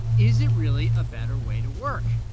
is it really a better way to work?